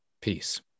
peace